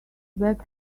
back